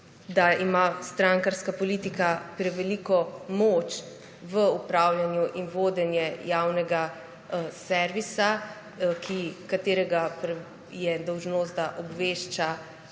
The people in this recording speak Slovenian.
da ima strankarska politika preveliko moč v upravljanju in vodenju javnega servisa, katerega dolžnost je, da obvešča